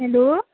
hello